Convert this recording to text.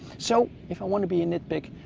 so if i want to be a nitpick.